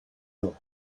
nhw